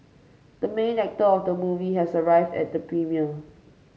the main actor of the movie has arrived at the premiere